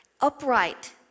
Upright